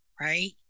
Right